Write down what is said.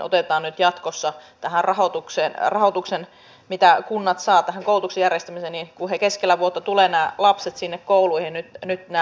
tahattomuudesta tai tarkoituksellisuudesta riippumatta lopputulos on että hallitus on toistuvasti jäänyt kiinni yrityksistä antaa väärää tietoa ja salata oikeata